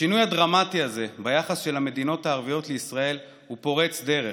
השינוי הדרמטי הזה ביחס של המדינות הערביות לישראל הוא פורץ דרך,